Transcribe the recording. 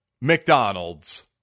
McDonald's